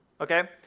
Okay